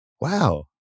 wow